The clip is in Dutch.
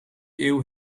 eeuw